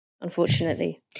unfortunately